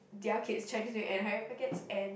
their kids Chinese-New-Year and Hari-Raya packets and